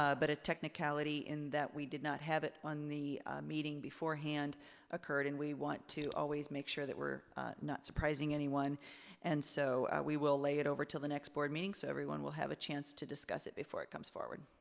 ah but a technicality in that we did not have it on the meeting beforehand occurred and we want to always make sure that we're not surprising anyone and so we will lay it over till the next board meeting so everyone will have a chance to discuss it before it comes forward.